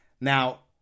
Now